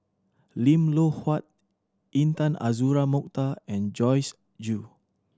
Lim Loh Huat Intan Azura Mokhtar and Joyce Jue